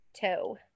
toe